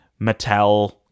Mattel